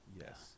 Yes